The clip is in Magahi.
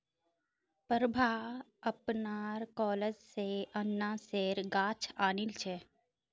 प्रभा अपनार कॉलेज स अनन्नासेर गाछ आनिल छ